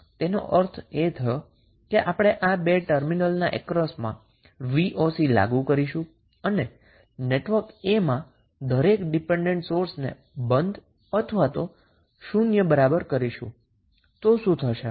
તેનો અર્થ એ થાય કે આપણે આ 2 ટર્મિનલના અક્રોસમાં 𝑣𝑜𝑐 લાગુ કરીશું અને નેટવર્ક A માં દરેક ડિપેન્ડન્ટ સોર્સને બંધ અથવા તો શૂન્ય બરાબર કરીશું તો પછી શું થશે